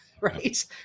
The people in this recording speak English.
right